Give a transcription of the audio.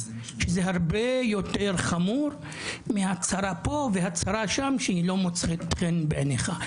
שזה הרבה יותר חמור מהצהרה פה והצהרה שם שהיא לא מוצאת חן בעיניך,